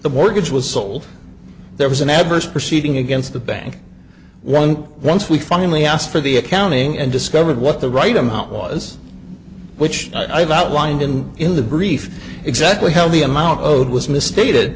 the mortgage was sold there was an adverse proceeding against the bank one once we finally asked for the accounting and discovered what the right amount was which i've outlined in in the brief exactly how the amount owed misstated